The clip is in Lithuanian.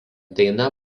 daina